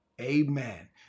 Amen